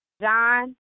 John